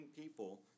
people